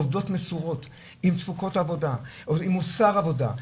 עובדות מסורות עם תפוקות עבודה, עם מוסר עבודה.